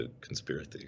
conspiracy